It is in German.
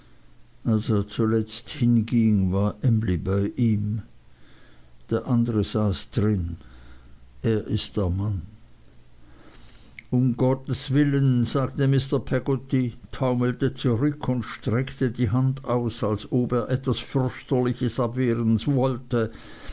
er zuletzt hinging war emly bei ihm der andere saß drin er ist der mann um gottes willen sagte mr peggotty taumelte zurück und streckte die hand aus als ob er etwas fürchterliches abwehren wollte